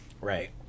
Right